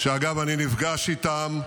שאגב אני נפגש איתן,